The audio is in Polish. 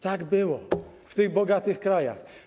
Tak było w tych bogatych krajach.